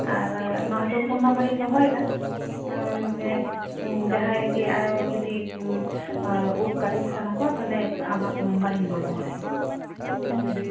ᱟᱨ ᱱᱚᱜᱼᱚᱭ ᱛᱚ ᱯᱷᱳᱱ ᱱᱚᱢᱵᱚᱨᱤᱧ ᱫᱚᱦᱚᱭᱮᱫᱟ ᱡᱟᱦᱟᱸᱭ ᱜᱮ ᱟᱨᱚ ᱡᱩᱫᱤ ᱩᱯ ᱠᱟᱴᱤᱱ ᱥᱟᱱᱟ ᱠᱚᱣᱟ ᱛᱟᱦᱞᱮ ᱟᱢᱟᱜ ᱱᱟᱢᱵᱟᱨᱤᱧ ᱮᱢᱟ ᱠᱚᱣᱟ ᱦᱮᱸᱥᱮ